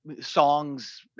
songs